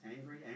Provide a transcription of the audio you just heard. angry